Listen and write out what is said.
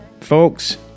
Folks